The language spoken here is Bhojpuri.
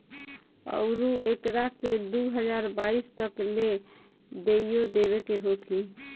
अउरु एकरा के दू हज़ार बाईस तक ले देइयो देवे के होखी